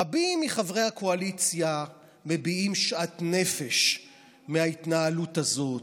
רבים מחברי הקואליציה מביעים שאט נפש מההתנהלות הזאת,